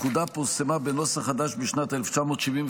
הפקודה פורסמה בנוסח חדש בשנת 1975,